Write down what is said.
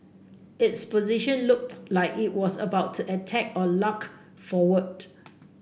its position looked like it was about to attack or lunge forward